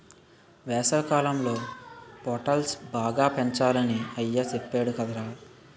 వేసవికాలంలో పొటల్స్ బాగా పెంచాలని అయ్య సెప్పేడు కదరా